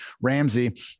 Ramsey